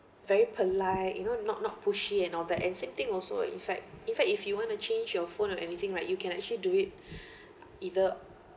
very polite you know not not pushy and all that and same thing also in fact in fact if you want to change your phone or anything right you can actually do it either